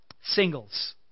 Singles